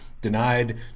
denied